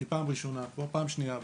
אני פעם ראשונה פה, פעם שנייה בכנסת,